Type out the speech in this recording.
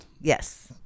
Yes